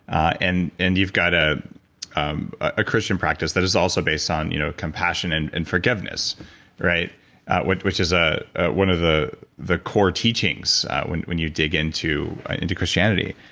and and you've got a um ah christian practice that is also based on you know compassion and and forgiveness which which is ah one of the the core teachings when when you dig into into christianity.